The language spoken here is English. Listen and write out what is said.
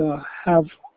ah have